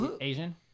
asian